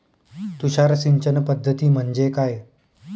तुषार सिंचन पद्धती म्हणजे काय?